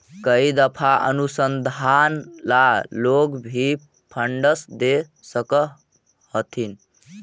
कई दफा अनुसंधान ला लोग भी फंडस दे सकअ हथीन